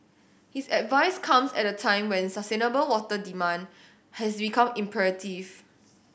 his advice comes at a time when sustainable water demand has become imperative